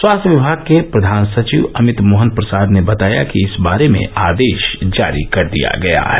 स्वास्थ्य विमाग के प्रधान सचिव अभित मोहन प्रसाद ने बताया कि इस बारे में आदेश जारी कर दिया गया है